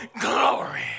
Glory